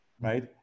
right